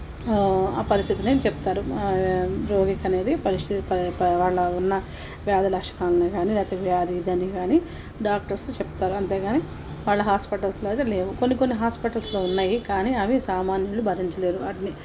ఆ పరిస్థితినే చెప్తారు రోగికి అనేది పరిస్థితి ప ప వాళ్ళ ఉన్న వ్యాధి లక్షణాలను కానీ వ్యాధి ఇది అని కానీ డాక్టర్సు చెప్తారు అంతే కానీ వాళ్ళ హాస్పిటల్స్లో అయితే లేవు కొన్ని కొన్ని హాస్పిటల్స్లో ఉన్నాయి కానీ అవి సామాన్యులు భరించ లేరు వాటిని